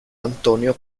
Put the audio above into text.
antonio